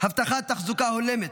הבטחת תחזוקה הולמת,